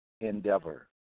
endeavor